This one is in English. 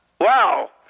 Wow